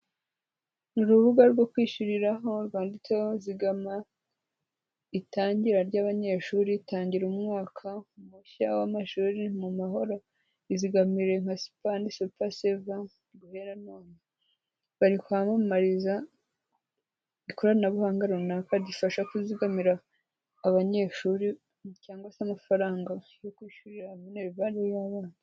Urubuga rwo kwishyuriraho rwanditseho zigama itangira ry'abanyeshuri, tangira umwaka mushya w'amashuri mu mahoro, izigamiwe nka sipani supa seva guhera none, bari kwamamariza ikoranabuhanga runaka ridufasha kuzigamira abanyeshuri cyangwa se amafaranga yo kwishyurira minerivali y'abana.